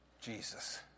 Jesus